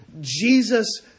Jesus